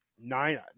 nine